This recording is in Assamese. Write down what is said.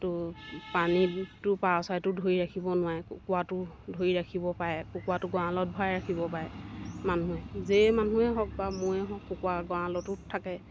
তো পানীটো পাৰ চৰাইটো ধৰি ৰাখিব নোৱাৰে কুকুৰাটো ধৰি ৰাখিব পাৰে কুকুৰাটো গঁড়ালত ভৰাই ৰাখিব পাৰে মানুহে যিয়েই মানুহেই হওক বা ময়ে হওক কুকুৰা গঁড়ালতো থাকে